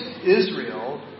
Israel